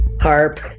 harp